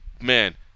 man